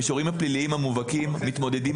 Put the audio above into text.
המישורים הפליליים המובהקים מתמודדים